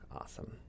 Awesome